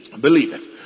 believeth